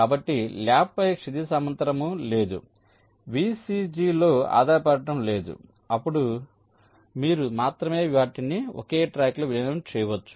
కాబట్టి ల్యాప్పై క్షితిజ సమాంతరము లేదు VCG లో ఆధారపడటం లేదు అప్పుడు మీరు మాత్రమే వాటిని ఒకే ట్రాక్లో విలీనం చేయవచ్చు